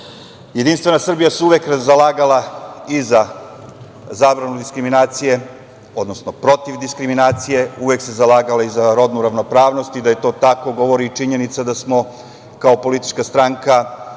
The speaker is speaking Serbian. programu. Jedinstvena Srbija se uvek zalagala i za zabranu diskriminacije, odnosno protiv diskriminacije, uvek se zalagala i za rodnu ravnopravnost, i da je to tako, govori i činjenica da smo kao politička stranka